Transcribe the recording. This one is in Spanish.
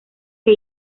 que